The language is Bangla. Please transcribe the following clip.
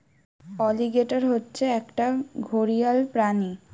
অলিগেটর হচ্ছে একটা ঘড়িয়াল প্রাণী